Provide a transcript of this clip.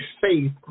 faith